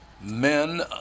men